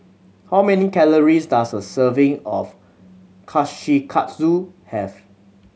how many calories does a serving of Kushikatsu have